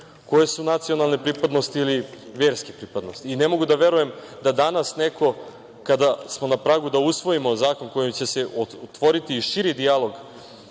koje su nacionalne pripadnosti ili verske pripadnosti. Ne mogu da verujem da danas neko, kada smo na pragu da usvojimo zakon kojim će se otvoriti i širi dijalog